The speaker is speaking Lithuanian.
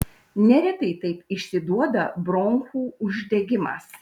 neretai taip išsiduoda bronchų uždegimas